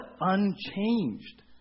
Unchanged